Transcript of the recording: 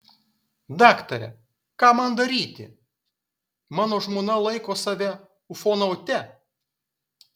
daktare ką man daryti mano žmona laiko save ufonaute